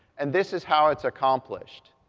and this is how it's accomplished.